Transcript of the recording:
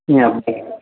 మీ అబ్బాయి